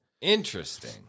Interesting